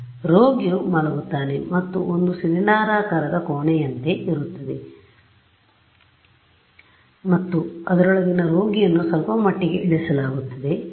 ಆದ್ದರಿಂದ ರೋಗಿಯು ಮಲಗುತ್ತಾನೆ ಮತ್ತು ಒಂದು ಸಿಲಿಂಡರಾಕಾರದ ಕೋಣೆಯಂತೆ ಇರುತ್ತದೆ ಮತ್ತು ಅದರೊಳಗೆ ರೋಗಿಯನ್ನು ಸ್ವಲ್ಪಮಟ್ಟಿಗೆ ಇಳಿಸಲಾಗುತ್ತದೆ